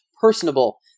personable